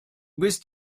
bist